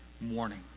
morning